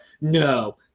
no